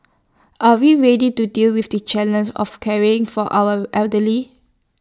are we ready to deal with the challenges of caring for our elderly